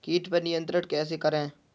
कीट पर नियंत्रण कैसे करें?